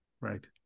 right